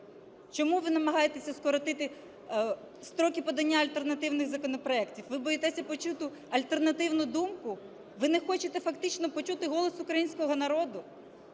Чому ви намагаєтеся скоротити строки подання альтернативних законопроектів? Ви боїтеся почути альтернативну думку? Ви не хочете фактично почути голос українського народу?